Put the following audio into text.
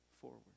forward